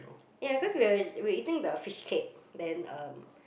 ya cause we are we eating the fish cake then um